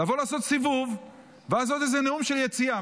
לבוא לעשות סיבוב, ואז עוד איזה נאום של יציאה?